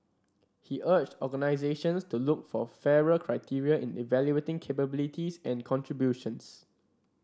he urged organisations to look for fairer criteria in evaluating capabilities and contributions